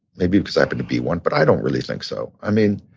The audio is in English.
maybe cause happen to be one, but i don't really think so. i mean,